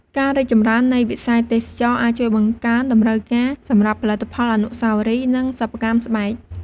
ការរីកចម្រើននៃវិស័យទេសចរណ៍អាចជួយបង្កើនតម្រូវការសម្រាប់ផលិតផលអនុស្សាវរីយ៍ និងសិប្បកម្មស្បែក។